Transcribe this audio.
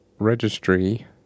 Registry